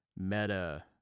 meta